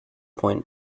point